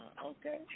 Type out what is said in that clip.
Okay